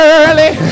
early